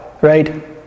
Right